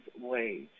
wage